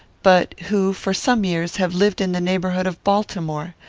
but who, for some years, have lived in the neighbourhood of baltimore.